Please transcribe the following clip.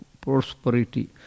prosperity